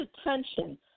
attention